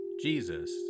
Jesus